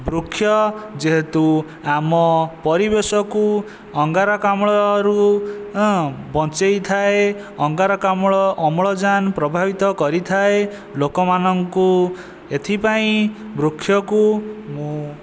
ବୃକ୍ଷ ଯେହେତୁ ଆମ ପରିବେଶକୁ ଅଙ୍ଗାରକାମ୍ଳରୁ ବଞ୍ଚେଇଥାଏ ଅଙ୍ଗାରକାମ୍ଳ ଅମ୍ଳଜାନ ପ୍ରଭାବିତ କରିଥାଏ ଲୋକମାନଙ୍କୁ ଏଥିପାଇଁ ବୃକ୍ଷକୁ ମୁଁ